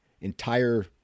entire